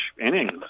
innings